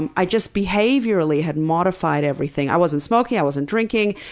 and i just behaviorally had modified everything. i wasn't smoking, i wasn't drinking,